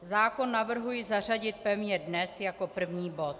Zákon navrhuji zařadit pevně dnes jako první bod.